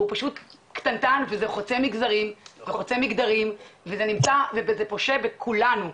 הוא פשוט קטנטן וזה חוצה מגזרים וחוצה מגדרים וזה פושה בכולנו.